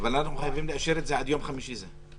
אז למה חייבים לאשר את זה עד יום חמישי הזה?